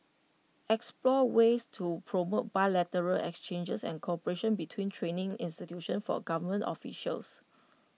explore ways to promote bilateral exchanges and cooperation between training institutions for government officials